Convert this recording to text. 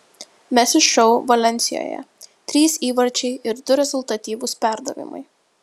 messi šou valensijoje trys įvarčiai ir du rezultatyvūs perdavimai